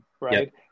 right